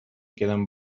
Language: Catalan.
queden